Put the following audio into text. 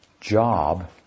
job